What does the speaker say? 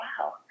Wow